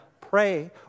pray